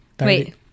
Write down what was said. wait